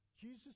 Jesus